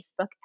Facebook